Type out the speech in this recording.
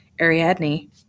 Ariadne